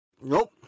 Nope